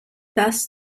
thus